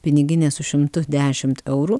piniginė su šimtu dešimt eurų